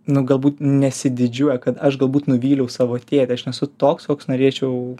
nu galbūt nesididžiuoja kad aš galbūt nuvyliau savo tėtį aš nesu toks koks norėčiau